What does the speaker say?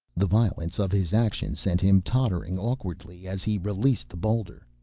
the violence of his action sent him tottering awkwardly as he released the boulder.